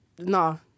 no